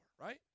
right